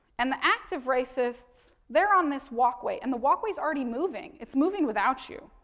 and the active racists, they're on this walkway. and, the walkway's already moving, it's moving without you.